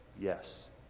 yes